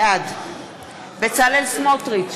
בעד בצלאל סמוטריץ,